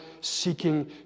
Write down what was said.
seeking